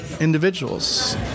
individuals